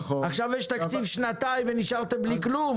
עכשיו יש תקציב לשנתיים ונשארתם בלי כלום.